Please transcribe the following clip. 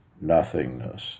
nothingness